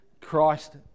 Christ